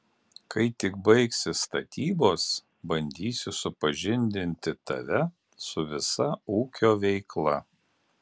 kai tik baigsis statybos bandysiu supažindinti tave su visa ūkio veikla